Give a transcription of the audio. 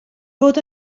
fod